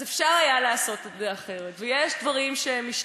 אז אפשר היה לעשות את זה אחרת, ויש דברים שמשתנים.